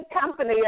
company